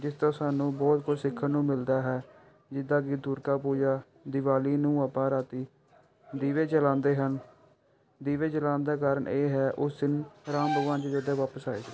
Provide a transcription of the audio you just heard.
ਜਿਸ ਤੋਂ ਸਾਨੂੰ ਬਹੁਤ ਕੁਝ ਸਿੱਖਣ ਨੂੰ ਮਿਲਦਾ ਹੈ ਜਿੱਦਾਂ ਕਿ ਦੁਰਗਾ ਪੂਜਾ ਦਿਵਾਲੀ ਨੂੰ ਆਪਾਂ ਰਾਤੀ ਦੀਵੇ ਜਲਾਉਂਦੇ ਹਨ ਦੀਵੇ ਜਲਾਉਣ ਦਾ ਕਾਰਨ ਇਹ ਹੈ ਉਸ ਦਿਨ ਰਾਮ ਭਗਵਾਨ ਜੀ ਅਯੋਧਿਆ ਵਾਪਸ ਆਏ